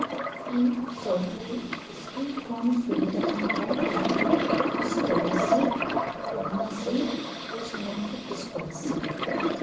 ᱤᱧ ᱥᱚᱨᱠᱟᱨᱤ ᱤᱥᱠᱤᱢ ᱠᱷᱚᱱ ᱥᱩᱵᱤᱫᱷᱟᱧ ᱦᱟᱛᱟᱣ ᱠᱟᱫᱟ scholarship Kanyashree post matric scholarship